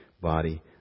body